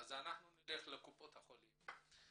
נעבור לקופות החולים,